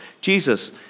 Jesus